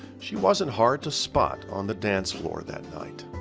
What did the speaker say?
she wasn't hard to spot on the dance floor that night.